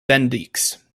bendix